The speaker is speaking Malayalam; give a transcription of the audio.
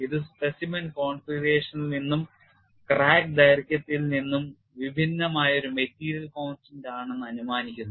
ഇത് specimen കോൺഫിഗറേഷനിൽ നിന്നും ക്രാക്ക് ദൈർഘ്യത്തിൽ നിന്നും വിഭിന്നമായ ഒരു മെറ്റീരിയൽ constant ആണെന്ന് അനുമാനിക്കുന്നു